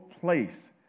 place